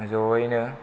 ज'यैनो